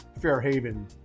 Fairhaven